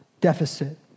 deficit